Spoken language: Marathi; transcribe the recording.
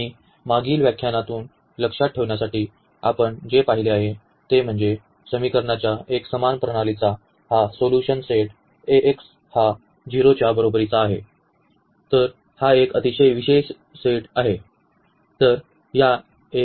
आणि मागील व्याख्यानातून लक्षात ठेवण्यासाठी आपण जे पाहिले आहे ते म्हणजे समीकरणाच्या एकसमान प्रणालीचा हा सोल्यूशन सेट Ax हा 0 च्या बरोबरीचा आहे हा एक अतिशय विशेष सेट आहे